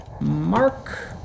Mark